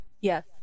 Yes